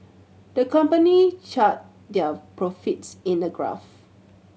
the company charted their profits in a graph